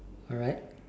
alright